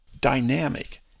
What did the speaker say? dynamic